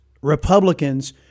Republicans